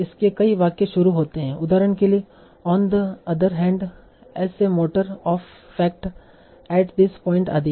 इसलिए कई वाक्य शुरू होते हैं उदाहरण के लिए on the other hand as a matter of fact at this point आदि